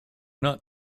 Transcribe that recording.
not